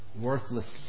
worthless